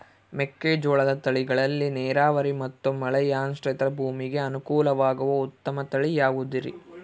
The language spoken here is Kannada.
ಮೆಕ್ಕೆಜೋಳದ ತಳಿಗಳಲ್ಲಿ ನೇರಾವರಿ ಮತ್ತು ಮಳೆಯಾಶ್ರಿತ ಭೂಮಿಗೆ ಅನುಕೂಲವಾಗುವ ಉತ್ತಮ ತಳಿ ಯಾವುದುರಿ?